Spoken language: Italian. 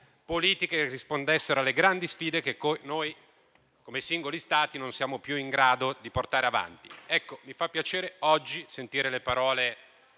politiche che rispondessero alle grandi sfide che noi, come singoli Stati, non siamo più in grado di portare avanti. Ecco, mi fa piacere oggi sentire le parole